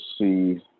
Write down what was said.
see